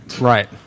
Right